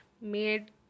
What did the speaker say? made